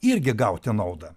irgi gauti naudą